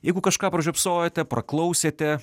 jeigu kažką pražiopsojote praklausėte